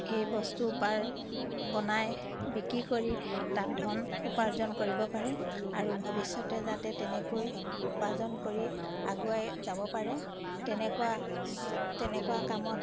সেই বস্তু উপ বনাই বিক্ৰী কৰি তাত ধন উপাৰ্জন কৰিব পাৰে আৰু ভৱিষ্যতে যাতে তেনেকৈ উপাৰ্জন কৰি আগুৱাই যাব পাৰে তেনেকুৱা তেনেকুৱা কামত